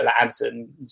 Anderson